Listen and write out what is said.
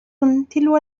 تلو